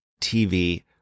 TV